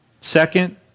Second